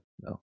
no